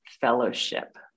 fellowship